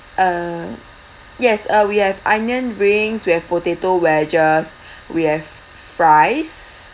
uh yes uh we have onion rings we have potato wedges we have fries